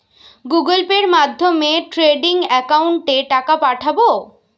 Google পের মাধ্যমে trading একাউন্টে টাকা পাঠাবো?